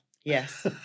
Yes